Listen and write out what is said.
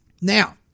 Now